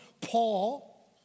Paul